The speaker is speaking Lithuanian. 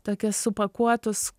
tokia supakuotus